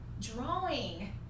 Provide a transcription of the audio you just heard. drawing